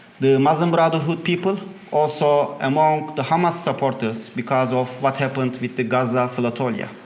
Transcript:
the muslim brotherhood people, also among the hamas supporters because of what happened with the gaza flotilla. yeah